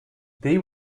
they